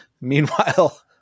Meanwhile